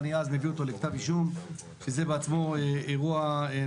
אני אז מביא אותו לכתב אישום.